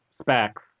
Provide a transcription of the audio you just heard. specs